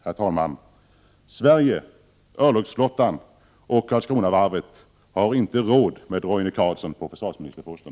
Herr talman, Sverige, örlogsflottan och Karlskronavarvet har inte råd med Roine Carlsson på försvarsministerposten.